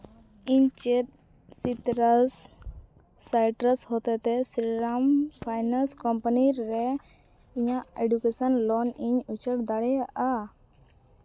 ᱤᱧ ᱪᱮᱫ ᱥᱤᱛᱟᱨᱟᱥ ᱥᱟᱭᱴᱨᱟᱥ ᱦᱚᱛᱮᱛᱮ ᱥᱨᱤᱨᱟᱢ ᱯᱷᱟᱭᱱᱟᱱᱥ ᱠᱳᱢᱯᱟᱱᱤ ᱨᱮ ᱤᱧᱟᱹᱜ ᱮᱰᱩᱠᱮᱥᱮᱱ ᱞᱳᱱ ᱤᱧ ᱩᱪᱟᱹᱲ ᱫᱟᱲᱮᱭᱟᱜᱼᱟ